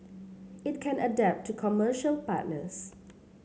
it can adapt to commercial partners